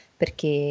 perché